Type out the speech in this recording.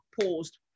paused